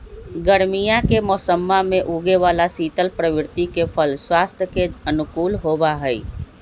गर्मीया के मौसम्मा में उगे वाला शीतल प्रवृत्ति के फल स्वास्थ्य के अनुकूल होबा हई